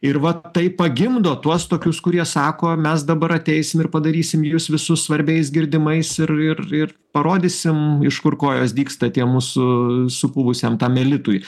ir vat tai pagimdo tuos tokius kurie sako mes dabar ateisim ir padarysim jus visus svarbiais girdimais ir ir ir parodysim iš kur kojos dygsta tie mūsų supuvusiam tam elitui